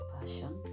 Passion